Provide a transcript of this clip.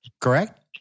correct